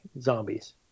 zombies